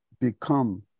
become